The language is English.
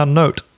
note